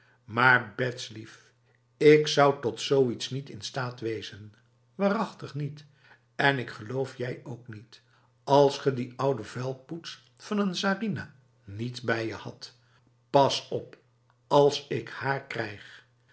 maar bets lief ik zou tot zoiets niet in staat wezen waarachtig niet en ik geloof jij ook niet als ge die oude vuilpoets van een sarinah niet bij je hadt pas op als ik haar krijg